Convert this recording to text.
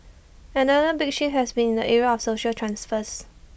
another big shift has been in the area of social transfers